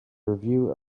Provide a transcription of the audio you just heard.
review